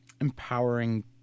empowering